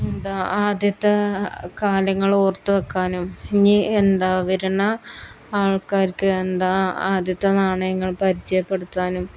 എന്താ ആദ്യത്തെ കാലങ്ങൾ ഓർത്ത് വെക്കാനും ഇനി എന്താ വരുന്ന ആൾക്കാർക്ക് എന്താ ആദ്യത്തെ നാണയങ്ങൾ പരിചയപ്പെടുത്താനും